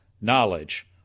knowledge